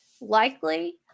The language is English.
likely